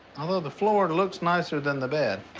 although the floor looks nicer than the bed.